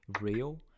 real